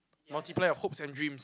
multiply your hopes and dreams